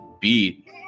beat